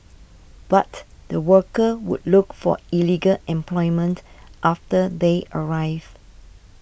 but the workers would look for illegal employment after they arrive